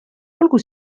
olgu